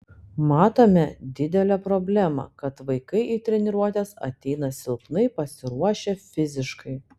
matome didelę problemą kad vaikai į treniruotes ateina silpnai pasiruošę fiziškai